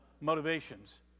motivations